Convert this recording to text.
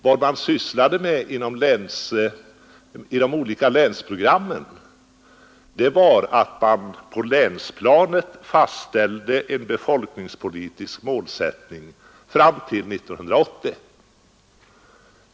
Vad man sysslade med i de olika länsprogrammen var att man på länsplanet fastställde en befolkningspolitisk målsättning fram till år 1980.